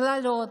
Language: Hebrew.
קללות,